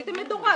עשיתם מדורג.